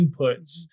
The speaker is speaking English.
inputs